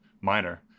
minor